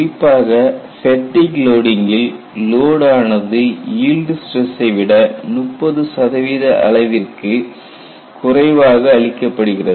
குறிப்பாக ஃபேட்டிக் லோடிங்கில் லோடு ஆனது ஈல்டு ஸ்ட்ரெஸ்சை விட 30 சதவீத அளவிற்கு குறைவாக அளிக்கப்படுகிறது